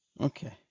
okay